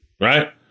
Right